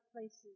places